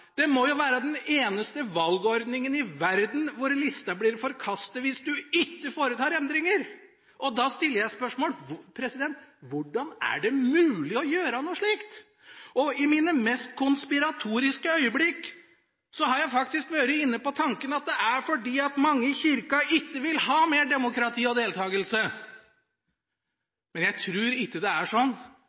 Det må jo være den eneste valgordning i verden hvor lista blir forkastet hvis man ikke foretar endringer. Da stiller jeg spørsmålet: Hvordan er det mulig å gjøre noe slikt? I mine mest konspiratoriske øyeblikk har jeg faktisk vært inne på tanken at det er fordi mange i Kirka ikke vil ha mer demokrati og deltakelse. Men jeg tror ikke det er sånn.